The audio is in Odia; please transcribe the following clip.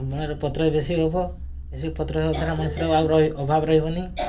ବଣରେ ପତ୍ର ବେଶୀ ହବ ବେଶୀ ପତ୍ର ହବ ଦ୍ୱାରା ମଣିଷର ଆଉ ରହିବ ଅଭାବ ରହିବନି